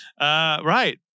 Right